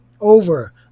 Over